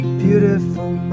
beautiful